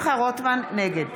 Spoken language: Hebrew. נגד